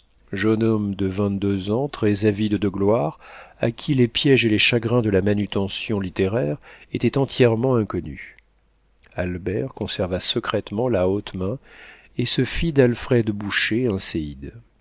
jeune homme de vingt-deux ans très avide de gloire à qui les piéges et les chagrins de la manutention littéraire étaient entièrement inconnus albert conserva secrètement la haute main et se fit d'alfred boucher